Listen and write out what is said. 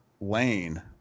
lane